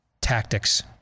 tactics